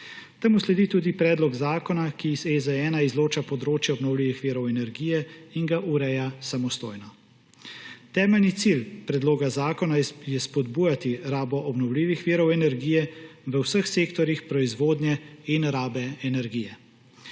Temu sledi tudi predlog zakona, ki iz EZ-1 izloča področje obnovljivih virov energije in ga ureja samostojno. Temeljni cilj predloga zakona je spodbujati rabo obnovljivih virov energije v vseh sektorjih proizvodnje in rabe energije.